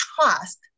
trust